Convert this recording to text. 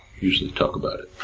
usually talk about